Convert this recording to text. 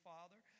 Father